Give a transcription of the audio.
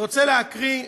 אני רוצה להקריא.